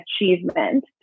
achievement